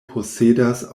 posedas